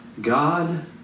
God